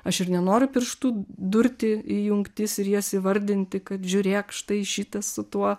aš ir nenoriu pirštu durti į jungtis ir jas įvardinti kad žiūrėk štai šitas su tuo